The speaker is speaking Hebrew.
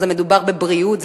מדובר בבריאות,